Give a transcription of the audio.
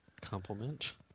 compliment